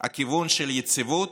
הכיוון של יציבות,